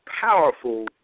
powerful